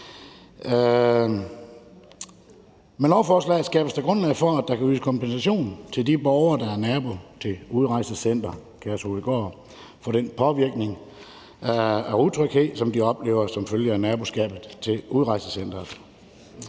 Med lovforslaget skabes der grundlag for, at der kan ydes kompensation til de borgere, der er naboer til Udrejsecenter Kærshovedgård, for den påvirkning i form af utryghed, som de oplever som følge af naboskabet til udrejsecenteret.